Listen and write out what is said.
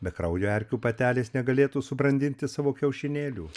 be kraujo erkių patelės negalėtų subrandinti savo kiaušinėlių